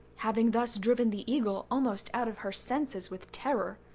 having thus driven the eagle almost out of her senses with terror,